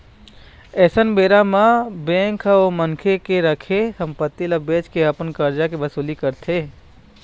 अइसन बेरा म बेंक ह ओ मनखे के रखे संपत्ति ल बेंच के अपन करजा के वसूली करथे